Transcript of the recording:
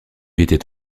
était